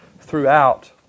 throughout